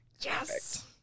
Yes